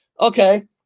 Okay